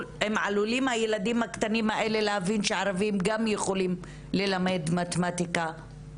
הילדים הקטנים האלה עלולים להבין שערבים גם יכולים ללמד מתמטיקה.